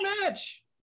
match